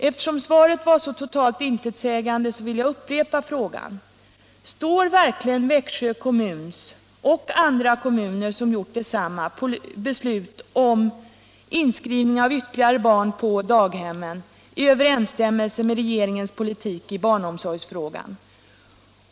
Eftersom svaret var så totalt intetsägande vill jag upprepa frågan: Står verkligen Växjö kommuns — och andra kommuners — beslut om inskrivning av ytterligare barn på daghem i överensstämmelse med regeringens politik i barnomsorgsfrågan?